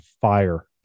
fire